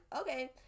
okay